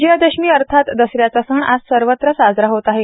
विजयादशमी अर्थात दसऱ्याचा सण आज सर्वत्र साजरा होत आहे